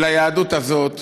ולצערי הרב ליהדות הזאת